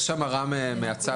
יש המרה מהצד.